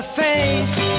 face